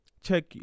check